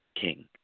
King